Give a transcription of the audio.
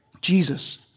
Jesus